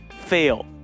fail